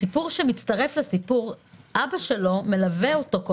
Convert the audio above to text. הסיפור שמצטרף לסיפור - אבא שלו מלווה אותו.